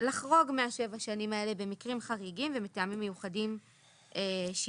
לחרוג משבע השנים האלה במקרים חריגים ומטעמים מיוחדים שיירשמו.